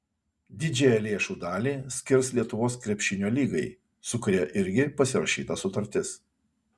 didžiąją lėšų dalį skirs lietuvos krepšinio lygai su kuria irgi pasirašyta sutartis